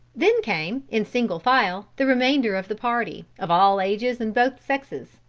then came, in single file, the remainder of the party, of all ages and both sexes.